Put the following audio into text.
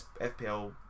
FPL